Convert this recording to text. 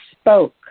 spoke